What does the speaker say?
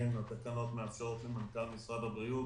אכן התקנות מאפשרות למנכ"ל משרד הבריאות